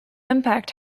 impact